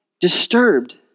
disturbed